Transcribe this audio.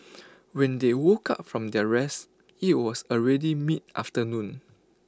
when they woke up from their rest IT was already mid afternoon